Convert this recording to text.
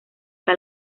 que